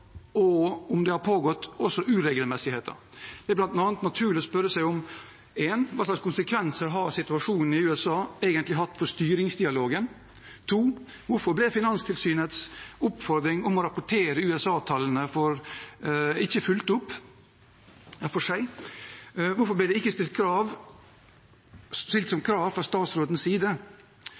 og om det har pågått uregelmessigheter. Det er bl.a. naturlig å spørre seg om: Hva slags konsekvenser har situasjonen i USA egentlig hatt for styringsdialogen? Hvorfor ble Finanstilsynets oppfordring om å rapportere USA-tallene for seg ikke fulgt opp, og hvorfor ble det ikke stilt som krav fra statsrådens side?